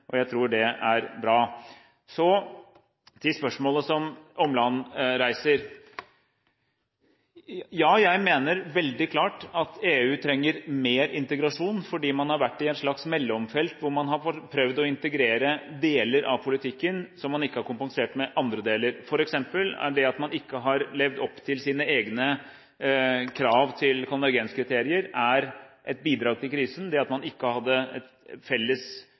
og jeg tror det er bra. Så til spørsmålet som Åmland reiser. Ja, jeg mener veldig klart at EU trenger mer integrasjon, fordi man har vært i et slags mellomfelt hvor man har prøvd å integrere deler av politikken som man ikke har kompensert med andre deler. For eksempel har det bidratt til krisen at man ikke har levd opp til sine egne krav til konvergenskriterier, og det har bidratt til krisen at man ikke hadde et felles